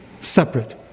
separate